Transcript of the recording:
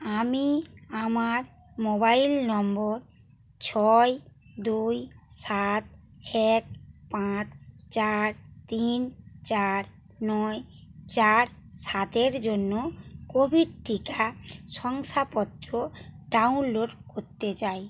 আমি আমার mobile number ছয় দুই সাত এক পাঁচ চার তিন চার নয় চার সাতের জন্য কোভিড টিকা শংসাপত্র ডাউনলোড করতে চাই